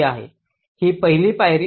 ही पहिली पायरी असेल आणि ही 1 आहे